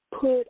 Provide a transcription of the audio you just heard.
put